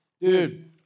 dude